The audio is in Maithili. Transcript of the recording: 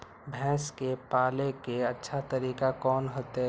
भैंस के पाले के अच्छा तरीका कोन होते?